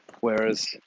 whereas